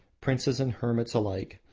princes and hermits alike,